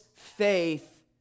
faith